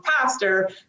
pastor